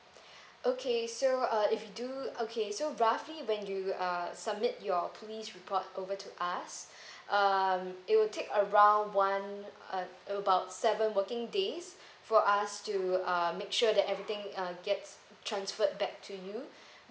okay so uh if you do okay so roughly when you uh submit your police report over to us um it will take around one uh about seven working days for us to uh make sure that everything uh gets transferred back to you